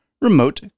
Remote